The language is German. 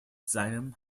seinem